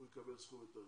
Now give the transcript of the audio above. הוא יקבל סכום יותר.